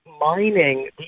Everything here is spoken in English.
mining